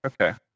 Okay